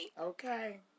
Okay